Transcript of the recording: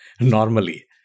normally